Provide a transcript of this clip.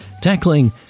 tackling